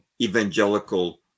evangelical